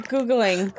Googling